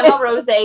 rose